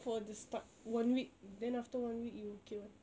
for the start one week then after one week it will okay [one]